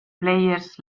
players